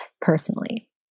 personally